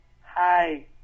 hi